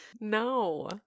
No